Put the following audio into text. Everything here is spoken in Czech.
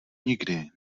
nikdy